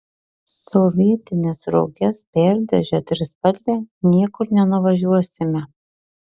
sovietines roges perdažę trispalve niekur nenuvažiuosime